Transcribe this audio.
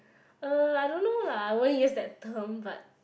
uh I don't know lah I won't use that term but